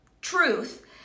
truth